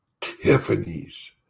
Tiffany's